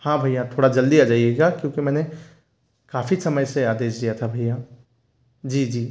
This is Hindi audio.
हाँ भैया थोड़ा जल्दी आ जाइएगा क्योंकि मैंने काफ़ी समय से आदेश दिया था भैया जी जी